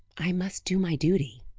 i must do my duty.